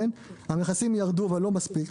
המכסים ירדו אך לא מספיק.